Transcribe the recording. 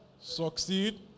succeed